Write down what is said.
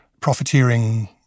profiteering